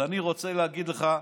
אני רוצה להגיד לך,